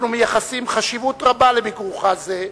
אנחנו מייחסים חשיבות רבה לביקורך זה,